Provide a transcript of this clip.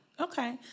Okay